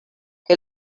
que